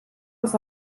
els